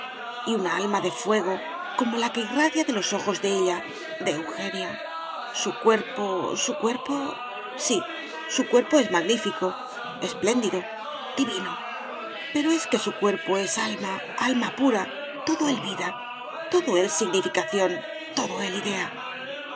y una alma de fuego como la que irradia de los ojos de ella de eugenia su cuerpo su cuerpo sí su cuerpo es magnífico espléndido divino pero es que su cuerpo es alma alma pura todo él vida todo él significación todo él idea a